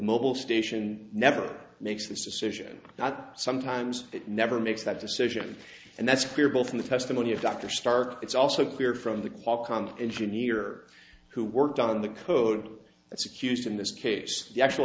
mobile station never makes this decision that sometimes it never makes that decision and that's clear both from the testimony of dr stark it's also clear from the qualcomm engineer who worked on the code that's accused in this case the actual